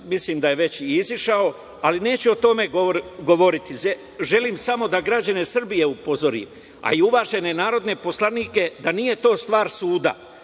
mislim da je već i izašao, ali neću o tome govoriti. Želim samo da građane Srbije upozorim, a i uvažene narodne poslanike da nije to stvar suda,